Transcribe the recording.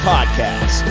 Podcast